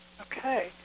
Okay